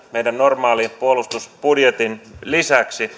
meidän normaalin puolustusbudjetin lisäksi